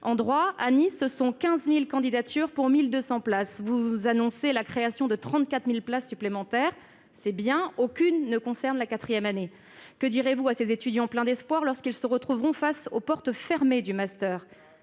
En droit, à Nice, on compte 15 000 candidatures pour ... 1 200 places ! Vous annoncez la création de 34 000 places supplémentaires ; c'est bien. Aucune ne concerne la quatrième année. Que direz-vous à ces étudiants pleins d'espoir lorsqu'ils se retrouveront face aux portes fermées du master ?